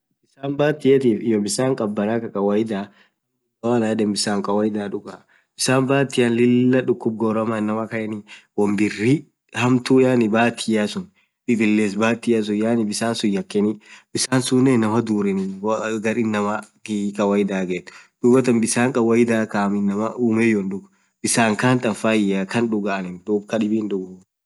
bisan bathiatif hiyoo bisan khabaana Kaa kawaida (.) woo hoo anan yedhen bisan kawaida dhugaa bisan bathia Lilah dhukhum goramaa inamaaa kayeni woon birr hamtuuu bathia suun pipiles bathia sunn yaani bisan sunn yakheni bisan sunen inamaaa dhureni woo garr inamaa kawaidha gethuu dhubatha bisan kawaidha kaamm inamaa umeyow dhug bisan khaathi anfaia khaan dhugaa khadhibi hindhuguu